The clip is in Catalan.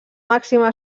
màxima